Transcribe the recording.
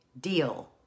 deal